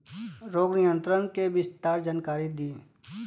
रोग नियंत्रण के विस्तार जानकारी दी?